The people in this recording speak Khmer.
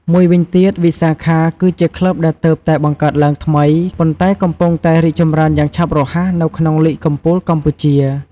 មួយវិញទៀតវិសាខាគឺជាក្លឹបដែលទើបតែបង្កើតឡើងថ្មី ប៉ុន្តែកំពុងតែរីកចម្រើនយ៉ាងឆាប់រហ័សនៅក្នុងលីគកំពូលកម្ពុជា។